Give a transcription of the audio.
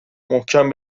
محکم